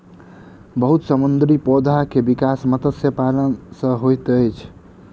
बहुत समुद्री पौधा के विकास मत्स्य पालन सॅ होइत अछि